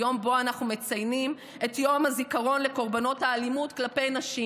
ביום אנו מציינים את יום הזיכרון לקורבנות האלימות כלפי נשים,